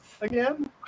again